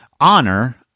Honor